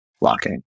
locking